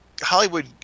Hollywood